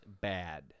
bad